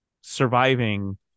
surviving